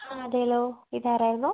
ആ അതെലോ ഇത് ആരാണ്